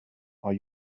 are